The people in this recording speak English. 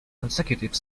consecutive